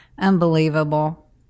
Unbelievable